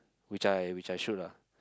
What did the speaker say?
which I which I should lah